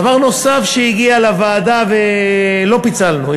דבר נוסף שהגיע לוועדה ולא פיצלנו,